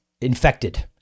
infected